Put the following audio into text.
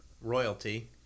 royalty